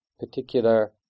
particular